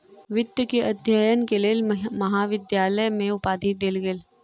वित्त के अध्ययन के लेल महाविद्यालय में उपाधि देल गेल